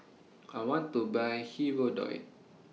I want to Buy Hirudoid